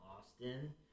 Austin